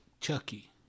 Chucky